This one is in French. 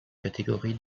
catégorie